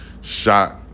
shot